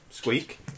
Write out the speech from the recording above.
Squeak